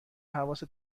حواست